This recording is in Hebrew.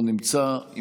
לא נמצא,